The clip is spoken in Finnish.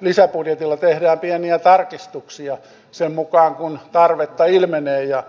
lisäbudjetilla tehdään pieniä tarkistuksia sen mukaan kuin tarvetta ilmenee ja